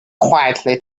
quietly